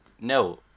No